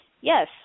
Yes